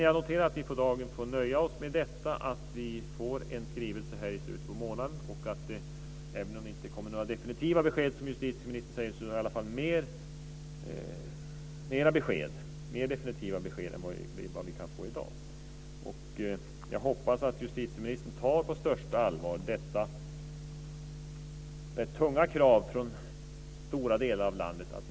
Jag noterar att vi för dagen får nöja oss med att vi får en skrivelse i slutet av månaden. Även om det inte kommer några definitiva besked, som justitieministern säger, så blir det i alla fall mer definitiva besked än vad vi kan få i dag. Jag hoppas att justitieministern tar detta tunga krav från stora delar av landet på största allvar.